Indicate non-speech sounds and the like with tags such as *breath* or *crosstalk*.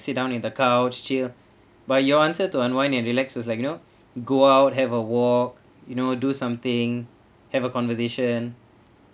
sit down in the couch chill *breath* but your answer to unwind and relax was like you know *breath* go out have a walk you know do something have a conversation